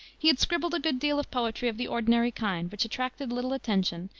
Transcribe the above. he had scribbled a good deal of poetry of the ordinary kind, which attracted little attention,